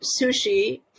sushi